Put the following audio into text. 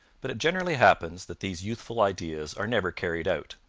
but it generally happens that these youthful ideas are never carried out,